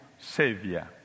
Savior